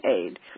aid